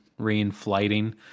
reinflating